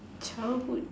childhood